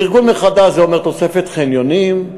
ארגון מחדש זה אומר תוספת חניונים,